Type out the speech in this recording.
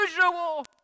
usual